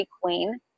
Queen